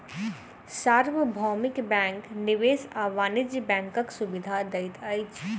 सार्वभौमिक बैंक निवेश आ वाणिज्य बैंकक सुविधा दैत अछि